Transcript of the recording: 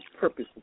purpose